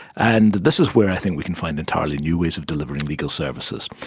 and this is where i think we can find entirely new ways of delivering legal services.